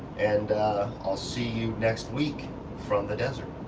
and i'll see you next week from the desert.